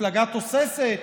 מפלגה תוססת,